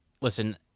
Listen